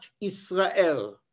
Israel